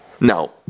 Now